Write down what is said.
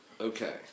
Okay